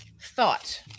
thought